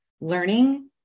learning